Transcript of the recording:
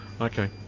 Okay